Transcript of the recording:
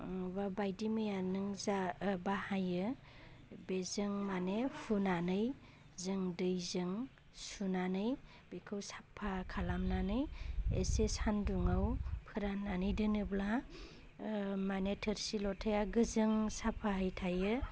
माबा बायदि मैया नों जा बाहायो बेजों मानि हुनानै जों दैजों सुनानै बेखौ साफा खालामनानै एसे सान्दुङाव फोरान्नानै दोनोब्ला मानि थोरसि लथाया गोजों साफायै थायो